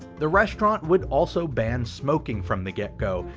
the restaurant would also ban smoking from the get-go,